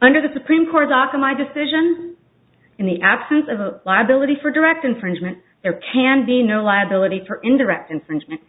under the supreme court docket my decision in the absence of a liability for direct infringement there can be no liability for indirect infringement